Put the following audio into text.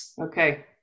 Okay